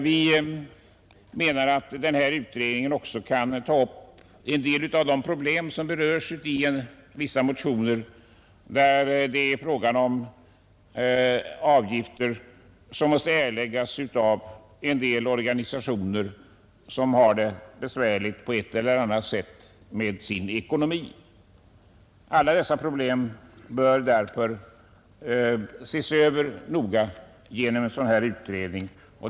Vi anser att den här utredningen också kan ta upp en del av de problem som berörs i vissa motioner, där det är frågan om avgifter som måste erläggas av organisationer som har det besvärligt på ett eller annat sätt med sin ekonomi. Alla dessa problem bör ses över noga genom en sådan här utredning.